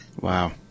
wow